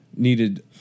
needed